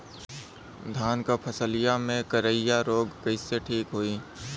धान क फसलिया मे करईया रोग कईसे ठीक होई?